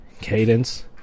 Cadence